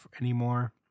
anymore